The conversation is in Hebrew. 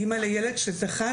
אימא לילד שזכה,